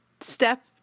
step